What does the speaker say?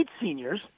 seniors